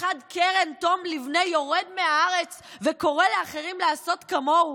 החד-קרן תום ליבנה יורד מהארץ וקורא לאחרים לעשות כמוהו.